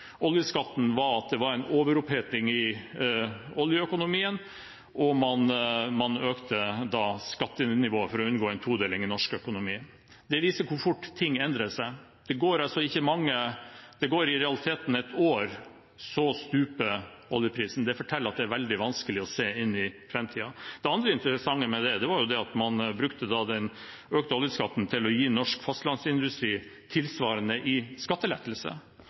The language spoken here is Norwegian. oljeskatten, var at det var en overoppheting i oljeøkonomien, og man økte skattenivået for å unngå en todeling i norsk økonomi. Det viser hvor fort ting endrer seg. Det gikk i realiteten et år, så stupte oljeprisen. Det forteller at det er veldig vanskelig å se inn i framtiden. Det andre interessante med det var at man brukte den økte oljeskatten til å gi norsk fastlandsindustri tilsvarende i skattelettelse.